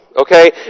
Okay